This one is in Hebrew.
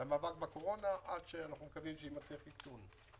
למאבק בקורונה, עד שיימצא חיסון.